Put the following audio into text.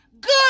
good